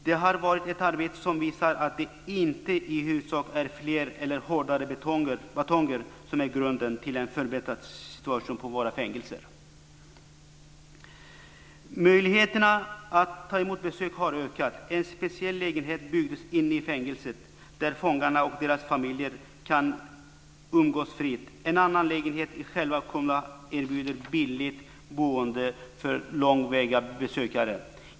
Det har varit ett arbete som visar att det inte i huvudsak är fler eller hårdare batonger som är grunden till en förbättrad situation på våra fängelser. Möjligheterna att ta emot besök har ökat. En speciell lägenhet har byggts inne i fängelset där fångarna och deras familjer kan umgås fritt. En annan lägenhet i själva Kumla erbjuder billigt boende för långväga besökare.